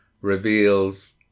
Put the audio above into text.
reveals